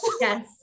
yes